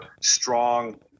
strong